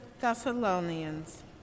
Thessalonians